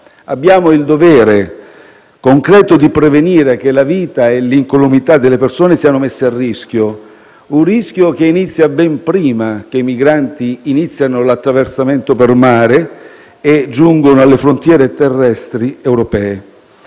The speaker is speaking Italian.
Abbiamo il dovere concreto di prevenire che la vita e l'incolumità delle persone siano messe a rischio; un rischio che inizia ben prima che i migranti comincino l'attraversamento per mare e giungano alle frontiere terrestri europee.